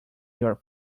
your